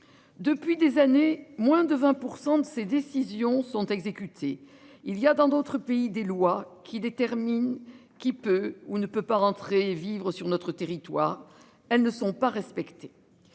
Depuis des années, moins de 20% de ces décisions sont exécutés. Il y a dans d'autres pays, des lois qui déterminent qui peut ou ne peut pas rentrer vivres sur notre territoire. Elles ne sont pas respectées.